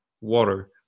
water